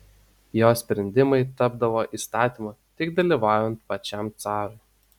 jo sprendimai tapdavo įstatymu tik dalyvaujant pačiam carui